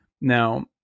Now